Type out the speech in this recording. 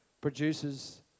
produces